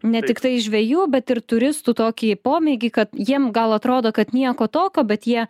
ne tiktai žvejų bet ir turistų tokį pomėgį kad jiem gal atrodo kad nieko tokio bet jie